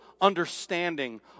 understanding